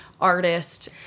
artist